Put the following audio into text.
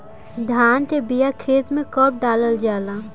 धान के बिया खेत में कब डालल जाला?